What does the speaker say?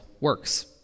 works